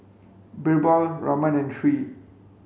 Birbal Raman and Tree